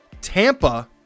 Tampa